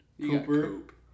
Cooper